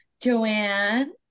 Joanne